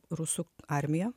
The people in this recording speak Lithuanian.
rusų armija